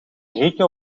grieken